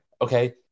okay